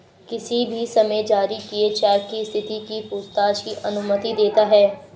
किसी भी समय जारी किए चेक की स्थिति की पूछताछ की अनुमति देता है